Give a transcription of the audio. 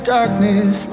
darkness